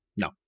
No